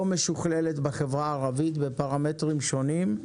הערבית היא לא משוכללת בפרמטרים שונים,